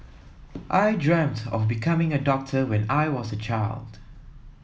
I dreamt of becoming a doctor when I was a child